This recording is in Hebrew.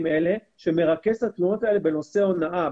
אלה שמרכז את התלונות האלה בנושא הונאה,